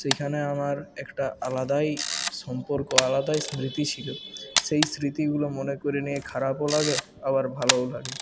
সেখানে আমার একটা আলাদাই সম্পর্ক আলাদাই স্মৃতি ছিল সেই স্মৃতিগুলো মনে করে নিয়ে খারাপও লাগে আবার ভালোও লাগে